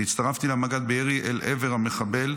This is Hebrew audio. אני הצטרפתי למג"ד בירי אל עבר המחבל.